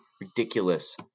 Ridiculous